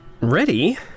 Ready